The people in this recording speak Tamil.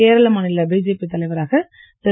கேரள மாநில பிஜேபி தலைவராக திரு